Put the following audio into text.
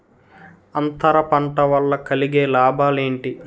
అంతర పంట వల్ల కలిగే లాభాలు ఏంటి